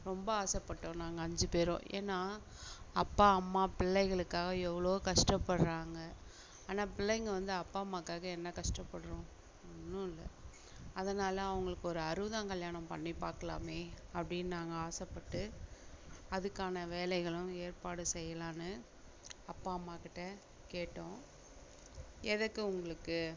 ரொம்ப ஆசைப்பட்டோம் நாங்கள் அஞ்சு பேரும் ஏன்னால் அப்பா அம்மா பிள்ளைகளுக்காக எவ்வளோ கஷ்டப்படுறாங்க ஆனால் பிள்ளைங்க வந்து அப்பா அம்மாவுக்காக என்ன கஷ்டப்படறோம் ஒன்றும் இல்லை அதனால் அவங்களுக்கு ஒரு அறுபதாங் கல்யாணம் பண்ணி பார்க்கலாமே அப்படின் நாங்கள் ஆசைப்பட்டு அதுக்கான வேலைகளும் ஏற்பாடு செய்யலானு அப்பா அம்மாக்கிட்ட கேட்டோம் எதுக்கு உங்களுக்கு